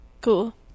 Cool